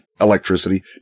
electricity